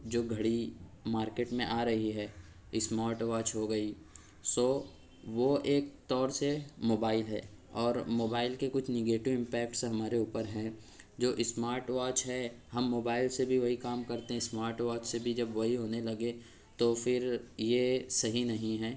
جو گھڑی مارکیٹ میں آ رہی ہے اسمارٹ واچ ہوگئی سو وہ ایک طور سے موبائل ہے اور موبائل کے کچھ نگیٹو امپیکٹس ہمارے اوپر ہیں جو اسمارٹ واچ ہے ہم موبائل سے بھی وہی کام کرتے ہیں اسمارٹ واچ سے بھی جب وہی ہونے لگے تو پھر یہ صحیح نہیں ہے